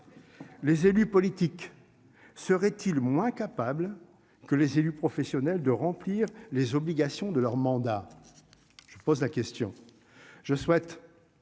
Les élus politiques seraient-ils moins incapables que les élus professionnels de remplir les obligations de leur mandat. Je pose la question,